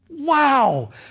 Wow